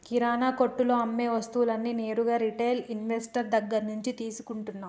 కిరణా కొట్టులో అమ్మే వస్తువులన్నీ నేరుగా రిటైల్ ఇన్వెస్టర్ దగ్గర్నుంచే తీసుకుంటన్నం